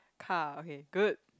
car okay good